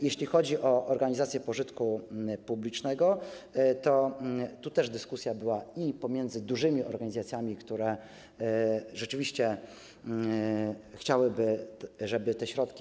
Jeśli chodzi o organizacje pożytku publicznego, to tu też była dyskusja pomiędzy dużymi organizacjami, które rzeczywiście chciałyby, żeby te środki.